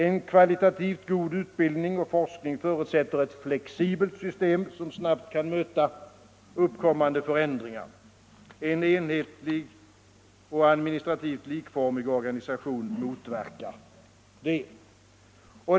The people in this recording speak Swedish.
En kvalitativt god utbildning och forskning förutsätter ett flexibelt system, som snabbt kan möta uppkommande förändringar. En enhetlig och administrativt likformig organisation motverkar detta.